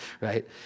right